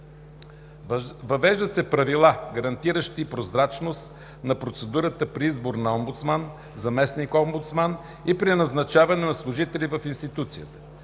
Въвеждат се правила, гарантиращи прозрачност на процедурата при избор на омбудсман, заместник-омбудсман и при назначаване на служители в институцията.